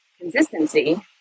consistency